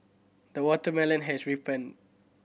the watermelon has ripened